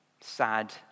sad